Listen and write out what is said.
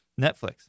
Netflix